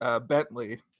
bentley